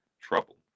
trouble